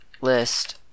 list